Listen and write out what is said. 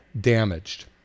damaged